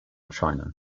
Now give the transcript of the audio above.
china